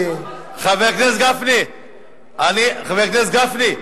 חבר הכנסת גפני, אני, חבר הכנסת גפני,